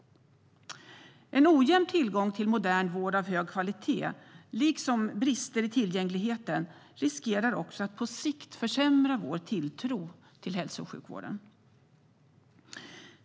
En ojämn tillgång till modern vård av hög kvalitet liksom brister i tillgängligheten riskerar också att på sikt försämra vår tilltro till hälso och sjukvården.